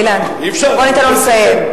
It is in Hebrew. אילן, בוא ניתן לו לסיים.